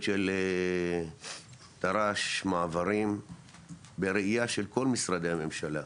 של טר"ש מעברים בראייה של כל משרדי הממשלה.